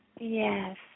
Yes